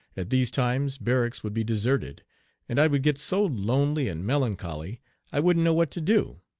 at these times barracks would be deserted and i would get so lonely and melancholy i wouldn't know what to do.